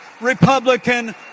Republican